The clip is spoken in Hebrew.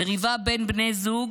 מריבה בין בני זוג